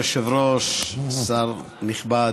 אדוני היושב-ראש, שר נכבד,